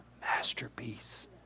masterpiece